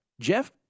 Jeff